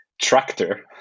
tractor